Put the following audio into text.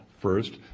first